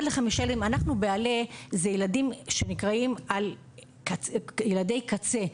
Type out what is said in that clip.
בעלה נמצאים ילדים שנקראים ילדי קצה,